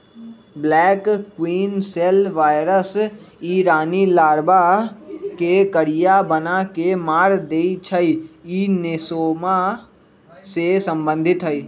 black queen cell virus इ रानी लार्बा के करिया बना के मार देइ छइ इ नेसोमा से सम्बन्धित हइ